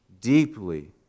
deeply